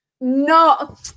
No